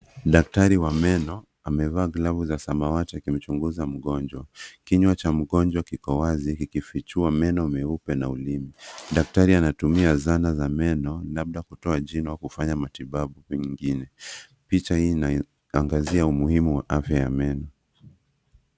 Daktari wa meno amevaa glavu za samawati akimchunguza mgonjwa. Kinywa cha mgonjwa kiko wazi kikifichua meno meupe na ulimi. Daktari anatumia zana za meno labda kutoa jino au kufanya matibabu pengine. Picha hii inaangazia umuhimu wa afya ya meno.